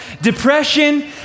Depression